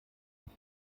ich